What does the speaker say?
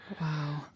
Wow